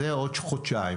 לזה עוד חודשיים.